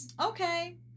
Okay